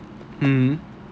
mm